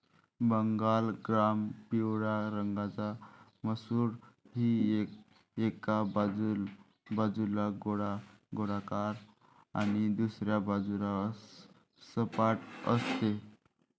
Bengal gram पिवळ्या रंगाची मसूर, जी एका बाजूला गोलाकार आणि दुसऱ्या बाजूला सपाट असते